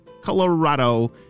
Colorado